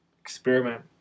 experiment